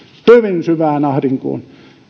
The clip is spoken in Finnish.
hyvin syvään ahdinkoon